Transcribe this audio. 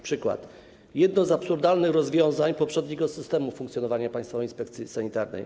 Przykład jednego z absurdalnych rozwiązań poprzedniego systemu funkcjonowania Państwowej Inspekcji Sanitarnej.